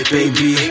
Baby